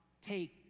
take